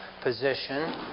position